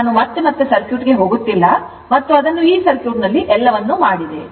ಆದ್ದರಿಂದ ನಾನು ಮತ್ತೆ ಮತ್ತೆ ಸರ್ಕ್ಯೂಟ್ಗೆ ಹೋಗುತ್ತಿಲ್ಲ ಮತ್ತು ಅದನ್ನು ಈ ಸರ್ಕ್ಯೂಟ್ ನಲ್ಲಿ ಎಲ್ಲವನ್ನೂ ಮಾಡಿದೆ